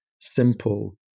simple